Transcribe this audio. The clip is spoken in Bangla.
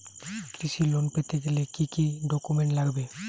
কৃষি লোন পেতে গেলে কি কি ডকুমেন্ট লাগবে?